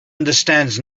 understands